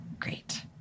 great